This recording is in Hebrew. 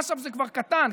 אש"ף זה כבר קטן,